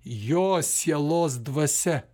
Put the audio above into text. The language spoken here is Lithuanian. jo sielos dvasia